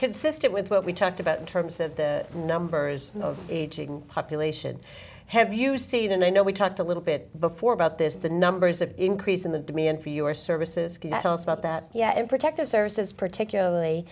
consistent with what we talked about in terms of the numbers of aging population have you seen and i know we talked a little bit before about this the numbers that increase in the demand for your services tell us about that yet in protective services particularly